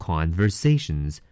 Conversations